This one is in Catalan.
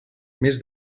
més